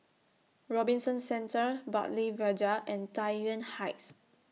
Robinson Centre Bartley Viaduct and Tai Yuan Heights